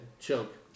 Choke